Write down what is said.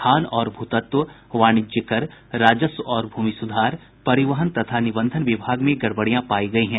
खान और भू तत्व वाणिज्य कर राजस्व और भूमि सुधार परिवहन तथा निबंधन विभाग में गड़बड़ियां पायी गयी हैं